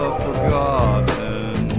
forgotten